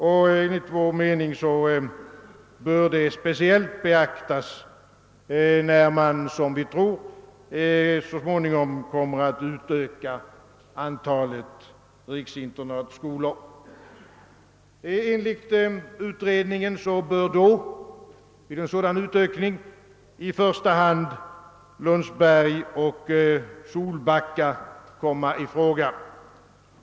Detta bör enligt vår mening speciellt beaktas när antalet riksinternatskolor så småningom, såsom vi tror, kommer att utökas. Enligt utredningen bör vid en sådan utökning i första hand Lundsberg och Solbacka läroverk komma i fråga.